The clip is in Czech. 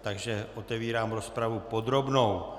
Takže otevírám rozpravu podrobnou.